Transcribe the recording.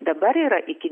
dabar yra iki